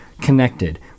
connected